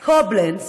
אלדד קובלנץ.